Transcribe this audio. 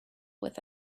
with